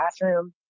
bathroom